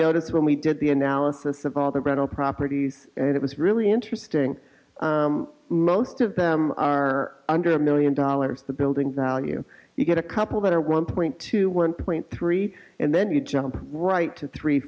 notice when we did the analysis of all the rental properties and it was really interesting most of them are under a million dollars the buildings out you you get a couple that are one point two one point three and then you jump right to three